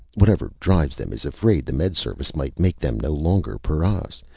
whatever drives them is afraid the med service might make them no longer paras.